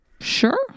sure